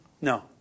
No